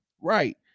Right